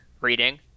reading